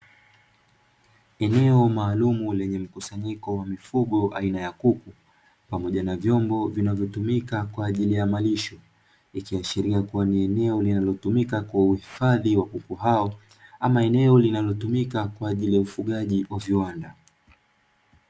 Eneo maalumu lenye mkusanyiko wa aina ya kuku lenye vyombo vinavyotumika kwa malisho, linaloashiria ni eneo linalotumika kuhifadhi kuku hao au eneo linalotumika kwajili ya kiwanda.